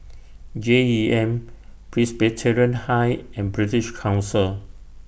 J E M Presbyterian High and British Council